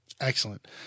excellent